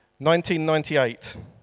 1998